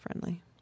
friendly